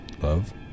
Love